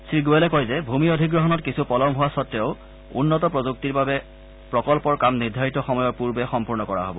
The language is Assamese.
শ্ৰীগোৱেলে কয় যে ভূমি অধিগ্ৰহণত কিছু পলম হোৱা স্বতেও উন্নত প্ৰযুক্তিৰ বাবে প্ৰকল্পৰ কাম নিৰ্ধাৰিত সময়ৰ পূৰ্বে সম্পূৰ্ণ কৰা হব